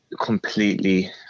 completely